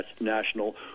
national